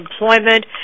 Employment